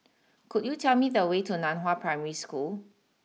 could you tell me the way to Nan Hua Primary School